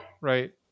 right